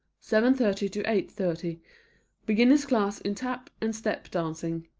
seven thirty to eight thirty beginners' class in tap and step dancing.